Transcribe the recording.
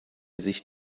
sich